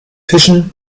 fischen